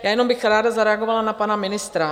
Jenom bych ráda zareagovala na pana ministra.